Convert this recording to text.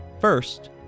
First